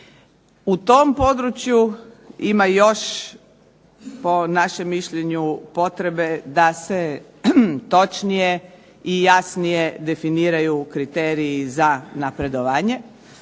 U tom području ima još po našem mišljenu potrebe da se točnije i jasnije definiraju kriteriji za napredovanje,